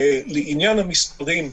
לעניין המספרים,